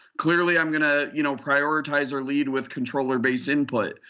clearly, i'm gonna you know prioritize or lead with controller-based input.